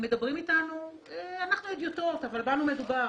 אנחנו הדיוטות, אבל בנו מדובר.